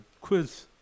quiz